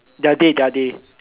their day their day